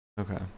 Okay